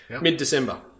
mid-december